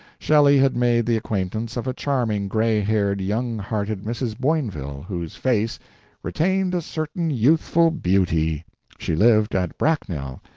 shelley had made the acquaintance of a charming gray-haired, young-hearted mrs. boinville, whose face retained a certain youthful beauty she lived at bracknell,